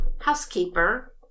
housekeeper